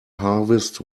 harvest